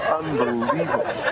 unbelievable